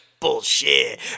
bullshit